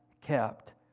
kept